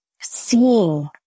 seeing